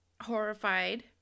horrified